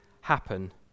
happen